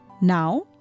Now